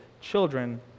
children